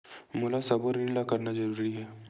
मोला सबो ऋण ला करना जरूरी हे?